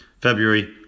February